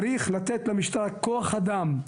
צריך לתת למשטרה כוח אדם.